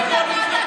לא שום דבר אחר,